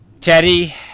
Teddy